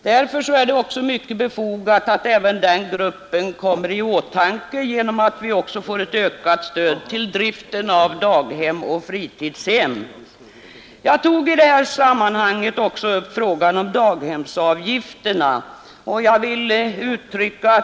Därför är det mycket befogat att även den gruppen kommer i åtanke genom att vi också får ett ökat stöd till driften av daghem och fritidshem. Jag tog i det här sammanhanget också upp frågan om daghemsavgifterna.